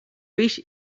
fish